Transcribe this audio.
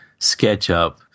SketchUp